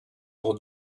pour